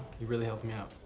he really helped me out.